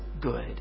good